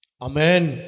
Amen